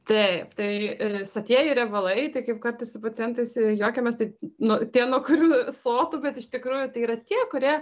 taip tai ir sotieji riebalai tikiu kartais su pacientais juokiamės taip nu tie nuo kurių sotu bet iš tikrųjų tai yra tie kurie